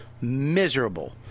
Miserable